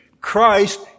Christ